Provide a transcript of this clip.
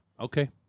Okay